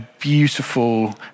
beautiful